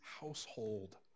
household